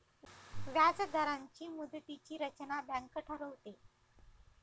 व्याजदरांची मुदतीची रचना बँक ठरवते